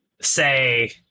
say